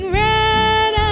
red